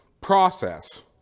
process